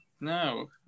no